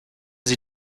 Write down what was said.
sie